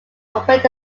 opened